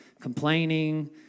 complaining